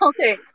Okay